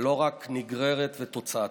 ולא רק נגררת ותוצאתית.